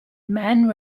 mann